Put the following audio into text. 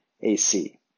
ac